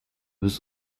was